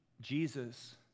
Jesus